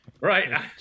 Right